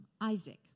Isaac